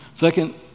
Second